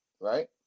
right